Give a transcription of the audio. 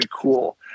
cool